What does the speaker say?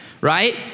Right